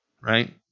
Right